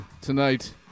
tonight